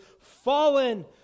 Fallen